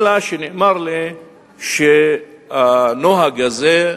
אלא שנאמר לי שהנוהג הזה,